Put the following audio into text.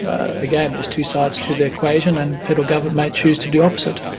ah again, there's two sides to the equation and federal government may choose to do opposite.